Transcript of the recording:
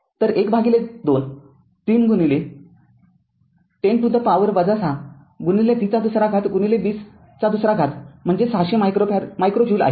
तर१२३१० to the power ६ v २२०२ म्हणजे ६०० micro joule आहे